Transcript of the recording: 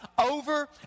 over